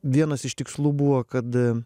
vienas iš tikslų buvo kad